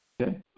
Okay